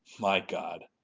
my god!